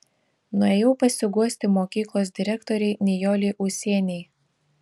nuėjau pasiguosti mokyklos direktorei nijolei ūsienei